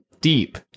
deep